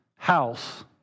House